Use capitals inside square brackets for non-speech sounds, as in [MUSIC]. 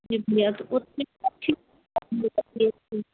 जी भैया तो फिर [UNINTELLIGIBLE]